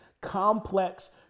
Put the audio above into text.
complex